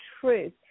truth